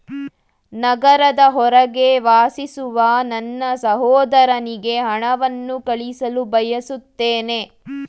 ನಗರದ ಹೊರಗೆ ವಾಸಿಸುವ ನನ್ನ ಸಹೋದರನಿಗೆ ಹಣವನ್ನು ಕಳುಹಿಸಲು ಬಯಸುತ್ತೇನೆ